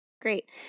Great